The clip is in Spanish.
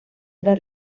era